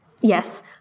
Yes